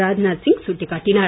ராஜ்நாத் சிங் சுட்டிக்காட்டினார்